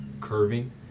curving